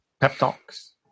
pep-talks